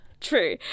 True